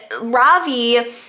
Ravi